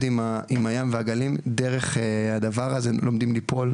עם הים והגלים דרך הדבר הזה לומדים ליפול,